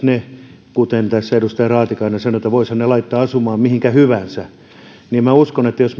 ne kuten tässä edustaja raatikainen sanoi että voisihan ne laittaa asumaan mihinkä hyvänsä minä uskon että jos